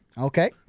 Okay